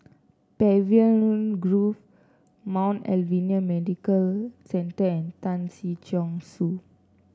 Pavilion Grove Mount Alvernia Medical Centre and Tan Si Chong Su